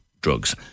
drugs